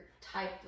type